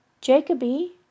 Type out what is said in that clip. Jacoby